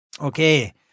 Okay